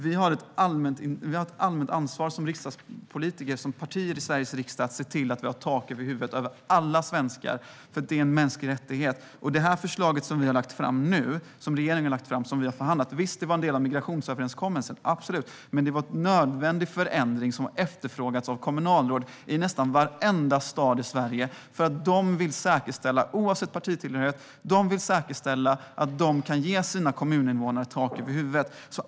Vi som politiker och partier i Sveriges riksdag har ett allmänt ansvar att se till att alla svenskar har tak över huvudet eftersom det är en mänsklig rättighet. Det är riktigt att det förslag som regeringen nu har lagt fram och som vi har förhandlat om var en del av migrationsöverenskommelsen. Men detta var en nödvändig förändring som har efterfrågats av kommunalråd i nästan varenda stad i Sverige, eftersom de, oavsett partifärg, vill säkerställa att de kan ge sina kommuninvånare tak över huvudet.